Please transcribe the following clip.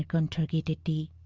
on the